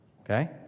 okay